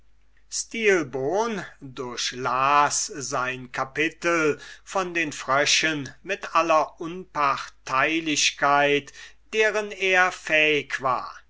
stilbon durchlas sein kapitel von den fröschen mit aller unparteilichkeit deren er fähig war